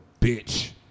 bitch